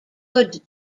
good